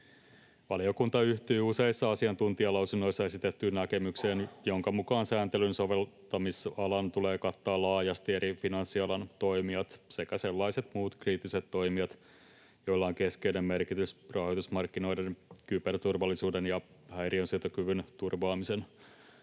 Valiokunta yhtyy useissa asiantuntijalausunnoissa esitettyyn näkemykseen, jonka mukaan sääntelyn soveltamisalan tulee kattaa laajasti eri finanssialan toimijat sekä sellaiset muut kriittiset toimijat, joilla on keskeinen merkitys rahoitusmarkkinoiden kyberturvallisuuden ja häiriönsietokyvyn turvaamisen